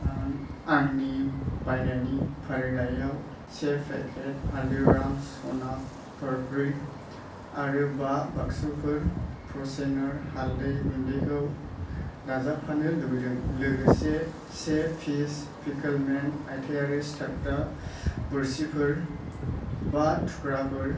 आं आंनि बायनायनि फारिलायाव से पेकेट हालदिग्राम सना फारफ्रि आरो बा बागसुफोर फ्रसेनार हालदै गुन्दैखौ दाजाबफानो लुैदों लोगोसे से पिस पिखोल मेन आथायारि सिथाबग्रा बोरसिफोर बा थुख्राफोर